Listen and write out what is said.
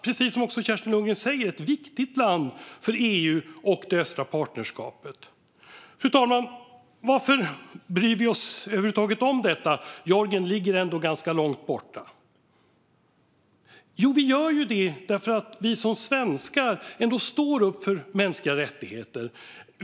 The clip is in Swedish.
Precis som Kerstin Lundgren säger är Georgien ett viktigt land för EU och det östliga partnerskapet. Fru talman! Varför bryr vi oss över huvud taget om detta? Georgien ligger ändå ganska långt bort. Jo, vi gör det därför att vi som svenskar ändå står upp för mänskliga rättigheter.